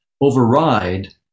override